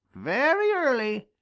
very early,